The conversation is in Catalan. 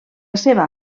seva